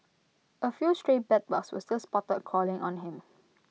A few stray bedbugs were still spotted crawling on him